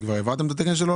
כבר העברתם את התקן שלו?